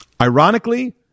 Ironically